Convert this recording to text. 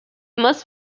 most